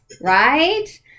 right